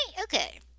Okay